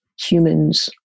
humans